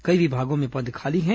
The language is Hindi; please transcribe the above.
कई विभागों में पद खाली है